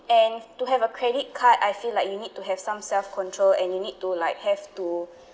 and to have a credit card I feel like you need to have some self control and you need to like have to